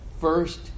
first